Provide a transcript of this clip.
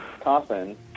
coffin